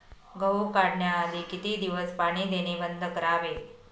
गहू काढण्याआधी किती दिवस पाणी देणे बंद करावे?